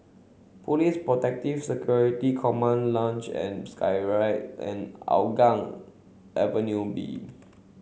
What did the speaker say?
Police Protective Security Command Luge and Skyride and Hougang Avenue B